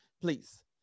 Please